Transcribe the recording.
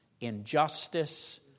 injustice